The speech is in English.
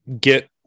get